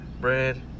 bread